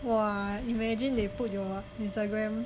!wah! imagine they put your Instagram